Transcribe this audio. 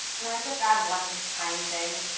and i just add one tiny thing?